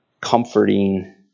comforting